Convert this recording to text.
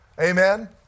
Amen